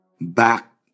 Back